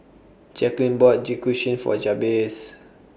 Jacquelyn bought For Jabez